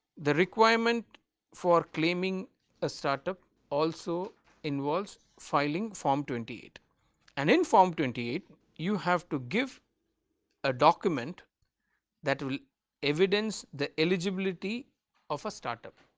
the requirements for claiming a start-up also involves filing form twenty and eight and inform twenty eight you have to give a document that will evidence the eligibility of a start-up.